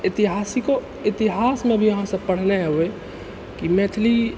इतिहासिको इतिहासमे भी अहाँसभ पढ़ने हेबै कि मैथिली